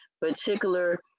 particular